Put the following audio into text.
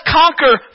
conquer